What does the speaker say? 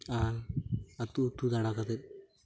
ᱟᱨ ᱟᱹᱛᱩ ᱟᱹᱛᱩ ᱫᱟᱬᱟ ᱠᱟᱛᱮᱫ